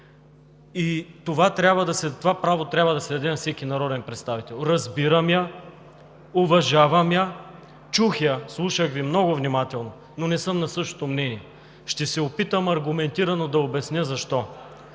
и това право трябва да се даде на всеки народен представител. Разбирам я, уважавам я, чух я, слушах Ви много внимателно, но не съм на същото мнение. Ще се опитам аргументирано да обясня защо.